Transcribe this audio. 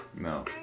No